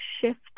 shift